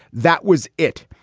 that was it.